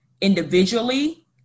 individually